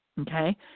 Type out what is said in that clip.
Okay